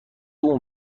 اون